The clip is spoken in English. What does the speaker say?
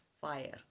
fire